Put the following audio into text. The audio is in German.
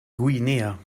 guinea